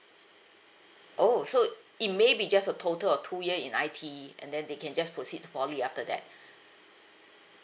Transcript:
oh so it may be just a total of two year in I_T_E and then they can just proceed to poly after that